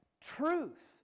truth